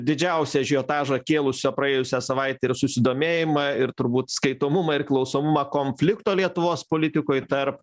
didžiausią ažiotažą kėlusio praėjusią savaitę ir susidomėjimą ir turbūt skaitomumą ir klausomumą konflikto lietuvos politikoj tarp